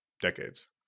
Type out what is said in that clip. decades